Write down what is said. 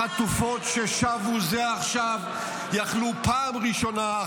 החטופות ששבו זה עכשיו יכלו פעם ראשונה,